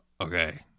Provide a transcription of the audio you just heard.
Okay